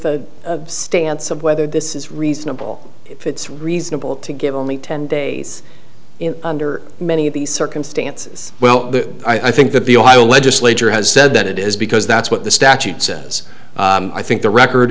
the stance of whether this is reasonable if it's reasonable to give only ten days in under many of these circumstances well i think that the ohio legislature has said that it is because that's what the statute says i think the record